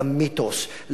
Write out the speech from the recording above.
למיתוס,